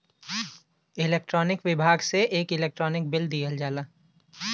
electronic विभाग से एक इलेक्ट्रानिक बिल दिहल जाला